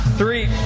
three